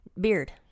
Beard